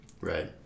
Right